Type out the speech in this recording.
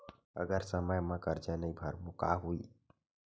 अगर समय मा कर्जा नहीं भरबों का होई?